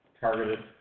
targeted